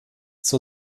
zur